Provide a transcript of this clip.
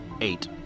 eight